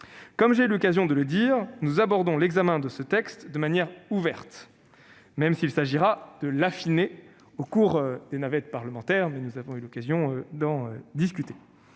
Comme j'ai eu l'occasion de le dire, nous abordons l'examen de ce texte de manière ouverte, même s'il s'agira de l'affiner au cours de la navette parlementaire- nous avons eu l'occasion d'en discuter.